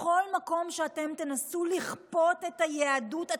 בכל מקום שאתם תנסו לכפות את היהדות,